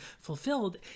fulfilled